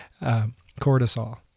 cortisol